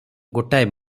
ଗୋଟାଏ